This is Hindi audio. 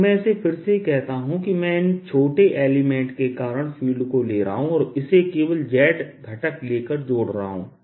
तो मैं इसे फिर से कहता हूं कि मैं इन छोटे एलिमेंट के कारण फील्ड को ले रहा हूं और इसे केवल z घटक लेकर जोड़ रहा हूं